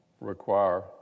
require